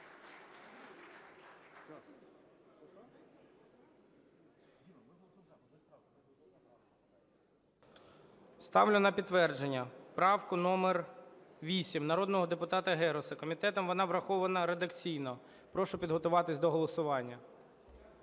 Ставлю на підтвердження правку номер 8 народного депутата Геруса. Комітетом вона врахована редакційно. Прошу підготуватись до голосування.